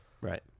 Right